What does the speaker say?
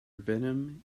venom